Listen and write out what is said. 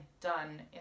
done